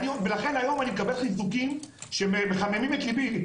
ולכן, היום אני מקבל חיזוקים שמחממים את ליבי.